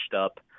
up